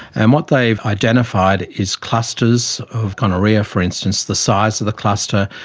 and what they've identified is clusters of gonorrhoea, for instance, the size of the cluster,